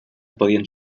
podien